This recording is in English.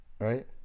Right